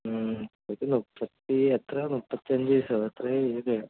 ഒരു മുപ്പത്തി എത്രയാണ് മുപ്പത്തിയഞ്ചു വയസ്സോ എത്രയായി ഏജ്